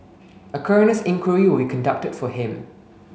a coroner's inquiry will be conducted for him